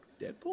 Deadpool